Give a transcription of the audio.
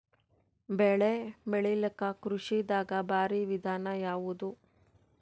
ಬೆಳೆ ಬೆಳಿಲಾಕ ಕೃಷಿ ದಾಗ ಭಾರಿ ವಿಧಾನ ಯಾವುದು?